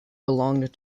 belonged